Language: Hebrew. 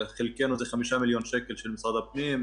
חלקנו זה 5 מיליון שקל של משרד הפנים,